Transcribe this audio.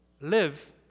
live